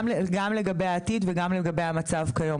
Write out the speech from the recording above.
גם לגבי העתיד וגם לגבי המצב כיום.